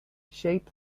shape